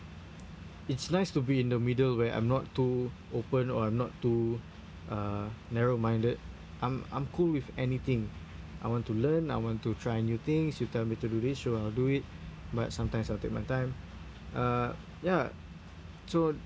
it's nice to be in the middle where I'm not too open or I'm not too err narrow minded I'm I'm cool with anything I want to learn I want to try new things you tell me to do this sure I'll do it but sometimes I'll take my time uh ya so